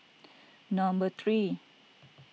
number three